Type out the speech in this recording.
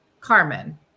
Carmen